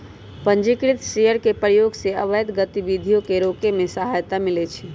पंजीकृत शेयर के प्रयोग से अवैध गतिविधियों के रोके में सहायता मिलइ छै